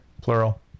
plural